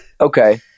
Okay